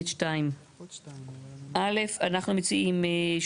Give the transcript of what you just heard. אנחנו מציעים,